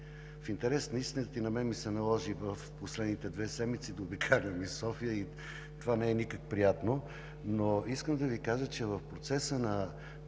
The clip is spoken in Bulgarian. В интерес на истината и на мен ми се наложи в последните две седмици да обикалям из София – това не е никак приятно, но искам да Ви кажа, че в процеса на